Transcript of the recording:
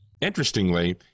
Interestingly